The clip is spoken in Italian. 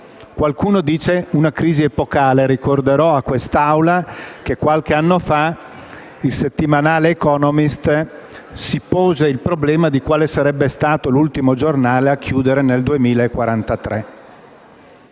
qualcuno dice epocale. Ricorderò a quest'Assemblea che qualche anno fa il settimanale «The Economist» si pose il problema di quale sarebbe stato l'ultimo giornale a chiudere nel 2043.